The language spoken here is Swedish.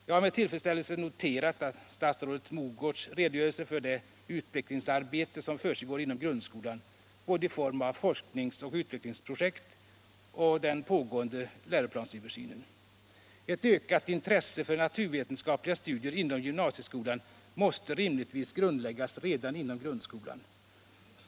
Jag har med tillfredsställelse noterat statsrådet Mogårds redogörelse för det utvecklingsarbete som försiggår inom grundskolan, både i form av forskning och utvecklingsprojekt och genom den pågående läroplansöversynen. Ett ökat intresse för naturvetenskapliga studier inom gymnasieskolan måste rimligtvis grundläggas redan inom grundskolan.